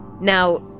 Now